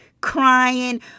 crying